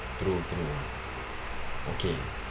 true true okay